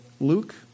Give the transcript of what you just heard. Luke